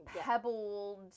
pebbled